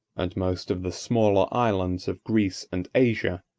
and most of the smaller islands of greece and asia,